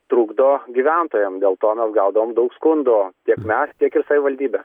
trukdo gyventojam dėl to mes gaudavom daug skundų tiek mes tiek ir savivaldybė